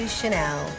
Chanel